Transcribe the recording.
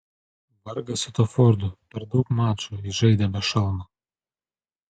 vargas su tuo fordu per daug mačų jis žaidė be šalmo